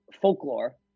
folklore